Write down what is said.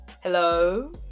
Hello